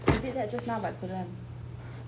he did just now but couldn't